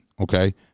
okay